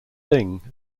thing